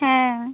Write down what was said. ᱦᱮᱸᱻ